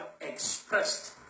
expressed